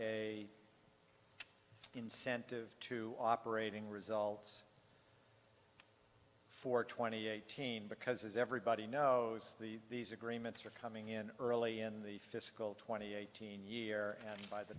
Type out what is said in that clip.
a incentive to all operating results for twenty eighteen because as everybody knows the these agreements are coming in early in the fiscal twenty eighteen year and by the